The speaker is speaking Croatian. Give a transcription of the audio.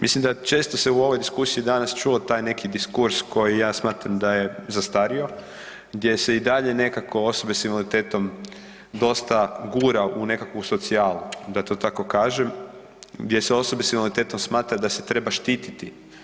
Mislim da se često danas u ovoj diskusiji čuo taj neki diskurs koji ja smatram da je zastario, gdje se i dalje nekako osobe s invaliditetom dosta gura u nekakvu socijalu, da to tako kažem, gdje se osobe s invaliditetom smatra da se treba štititi.